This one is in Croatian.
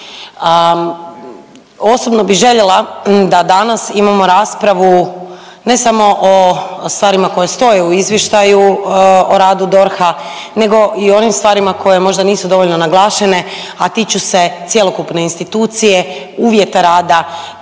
Osobno bih željela da danas imamo raspravu ne samo o stvarima koje stoje u Izvještaju o radu DORH-a, nego i onim stvarima koje možda nisu dovoljno naglašene, a tiču se cjelokupne institucije, uvjeta rada